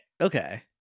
Okay